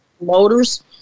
Motors